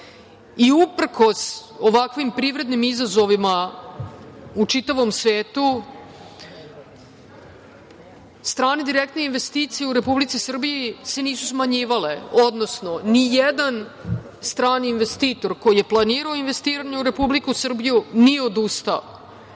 i, uprkos ovakvim privrednim izazovima u čitavom svetu, strane direktne investicije u Republici Srbiji se nisu smanjivale, odnosno nijedan strani investitor koji je planirao investiranje u Republiku Srbiju nije odustao.